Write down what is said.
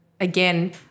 again